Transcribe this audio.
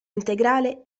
integrale